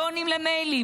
לא עונים למיילים,